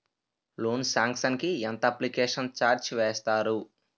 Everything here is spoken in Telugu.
లోన్ సాంక్షన్ కి ఎంత అప్లికేషన్ ఛార్జ్ వేస్తారు?